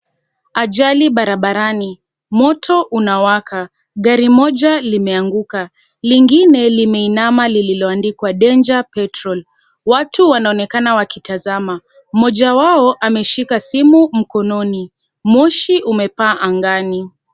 Ajali barabarani. Moto unawaka. Gari moja limeanguka. Lingine limeinama, lilioandikwa Danger Petrol .Watu wanaonekana wakitazama. Mmoja wao ameshika simu mkononi. Moshi umepaa angani.